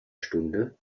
stunde